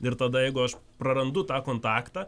ir tada jeigu aš prarandu tą kontaktą